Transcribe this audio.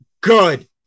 Good